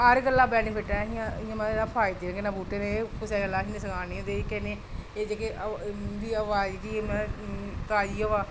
हर गल्ला बेनीफिट ऐ मतलब फायदे न ते एह् कन्नै इंदी हवा आई दी ते ताज़ी हवा